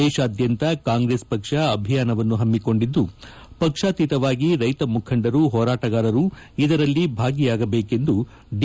ದೇಶಾದ್ಯಂತ ಕಾಂಗ್ರೆಸ್ ಪಕ್ಷ ಅಭಿಯಾನವನ್ನು ಪಮ್ಮಿಕೊಂಡಿದ್ದು ಪಕ್ಷಾತೀತವಾಗಿ ರೈತ ಮುಖಂಡರು ಹೋರಾಟಗಾರರು ಇದರಲ್ಲಿ ಭಾಗಿಯಾಗಬೇಕೆಂದು ಡಿ